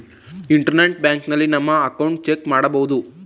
internet ಬ್ಯಾಂಕಿನಲ್ಲಿ ನಮ್ಮ account check ಮಾಡಬಹುದು